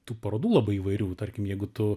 tų parodų labai įvairių tarkim jeigu tu